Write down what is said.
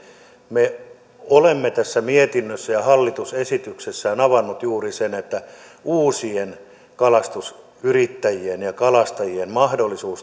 me olemme tässä mietinnössä ja hallitus esityksessään avanneet juuri sen että se polku ja mahdollisuus uusille kalastusyrittäjille ja kalastajille